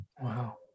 Wow